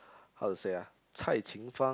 how to say ah Cai Qing Fang